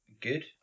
good